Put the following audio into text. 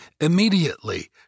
Immediately